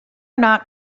not